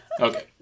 Okay